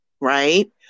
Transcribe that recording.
right